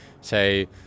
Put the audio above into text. say